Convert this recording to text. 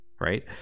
right